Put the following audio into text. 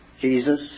Jesus